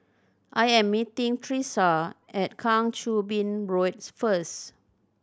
I am meeting Tresa at Kang Choo Bin Road first